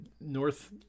north